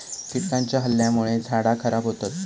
कीटकांच्या हल्ल्यामुळे झाडा खराब होतत